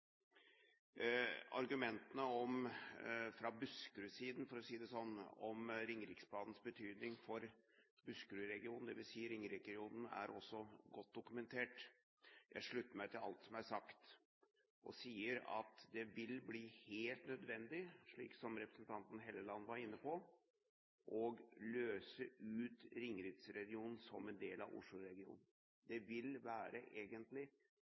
Argumentene fra Buskerud-siden, for å si det sånn, om Ringeriksbanens betydning for Buskerud-regionen, dvs. Ringeriksregionen, er også godt dokumentert. Jeg slutter meg til alt som er sagt, og sier at det vil bli helt nødvendig, slik som representanten Helleland var inne på, å løse ut Ringeriksregionen som en del av Oslo-regionen. Det vil